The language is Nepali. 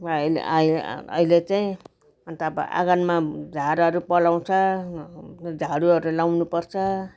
अब अहिले चाहिँ अन्त अब आँगनमा झारहरू पलाउँछ झाडुहरू लाउनुपर्छ